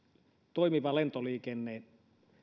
toimiva lentoliikenne